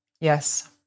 Yes